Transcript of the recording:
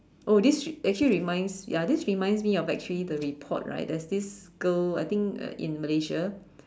oh this actually reminds ya this reminds me of actually the report right that's this girl I think uh in Malaysia